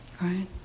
right